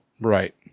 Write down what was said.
Right